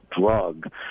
drug